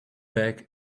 bag